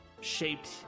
shaped